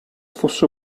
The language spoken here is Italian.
fosse